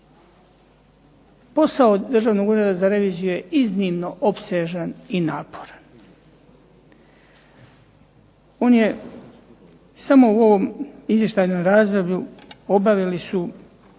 Posao Državnog ureda za reviziju je iznimno opsežan i naporan. On je samo u ovom izvještajnom razdoblju obavili su